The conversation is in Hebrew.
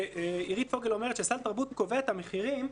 עירית פוגל אומרת שסל תרבות קובע את המחירים,